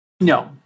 No